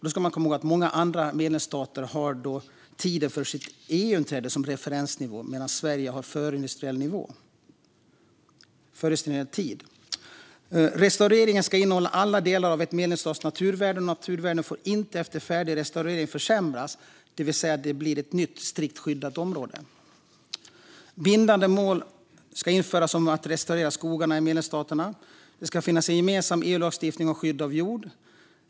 Då ska man komma ihåg att många andra medlemsstater har tiden för sitt EU-inträde som referensnivå medan Sverige har förindustriell tid. Restaureringen ska innehålla alla delar av ett medlemsstats naturvärden, och naturvärden får inte efter färdig restaureringen försämras. Det blir ett nytt strikt skyddat område. Bindande mål ska införas om att restaurera skogarna i medlemsstaterna. Det ska finnas en gemensam EU-lagstiftning om skydd av jord.